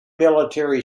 military